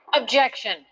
Objection